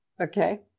okay